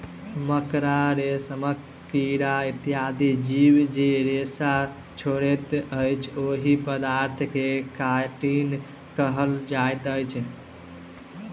मकड़ा, रेशमक कीड़ा इत्यादि जीव जे रेशा छोड़ैत अछि, ओहि पदार्थ के काइटिन कहल जाइत अछि